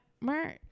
merch